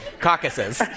Caucuses